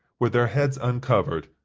with their heads uncovered,